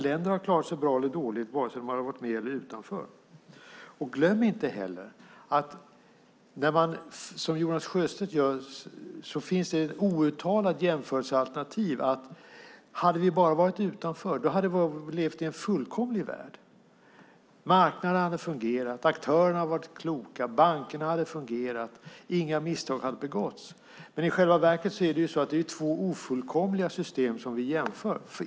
Länder har klarat sig bra eller dåligt oavsett om de varit med eller stått utanför. Hos Jonas Sjöstedt finns ett outtalat jämförelsealternativ, nämligen att om vi bara hade stått utanför skulle vi ha levat i en fullkomlig värld. Då skulle marknaderna ha fungerat, aktörerna skulle ha varit kloka, bankerna skulle ha fungerat och inga misstag skulle ha begåtts. I själva verket är det två ofullkomliga system som vi jämför.